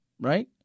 Right